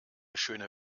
schöne